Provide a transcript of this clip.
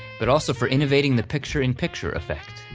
but also for innovating the picture-in-picture effect.